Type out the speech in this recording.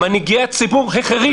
מנהיגי הציבור החרישו.